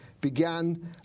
began